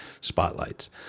spotlights